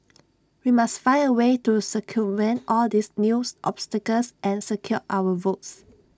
we must find A way to circumvent all these news obstacles and secure our votes